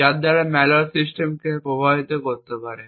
যার দ্বারা ম্যালওয়্যার সিস্টেমকে প্রভাবিত করতে পারে